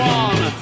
one